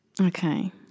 Okay